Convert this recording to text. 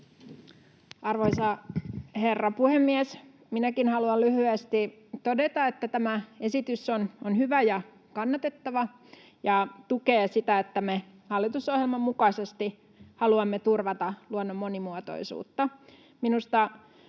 Arvoisa herra puhemies! Minäkin haluan lyhyesti todeta, että tämä esitys on hyvä ja kannatettava ja tukee sitä, että me hallitusohjelman mukaisesti haluamme turvata luonnon monimuotoisuutta. Minusta